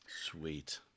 Sweet